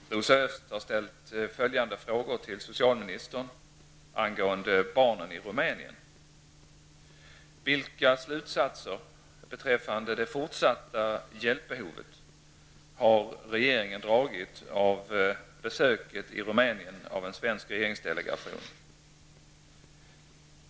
Herr talman! Rosa Östh har ställt följande frågor till socialministern angående barnen i Rumänien: Rumänien av en svensk regeringsdelegation?